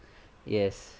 yes